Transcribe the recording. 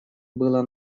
было